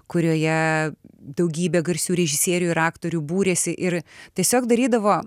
kurioje daugybė garsių režisierių ir aktorių būrėsi ir tiesiog darydavo